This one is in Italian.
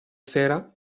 sera